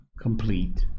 complete